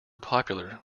popular